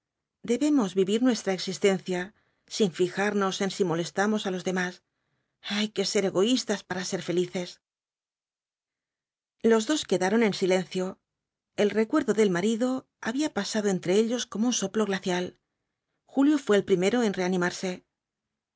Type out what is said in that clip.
debemos vivir nuestra existencia sin fijarnos en si molestamos á loe demás hay que ser egoístas para ser felices los dos quedaron en silencio el recuerdo del marido había pasado entre ellos como un soplo glacial julio fué el primero en reanimarse